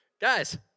Guys